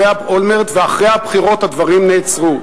ואחרי הבחירות הדברים נעצרו.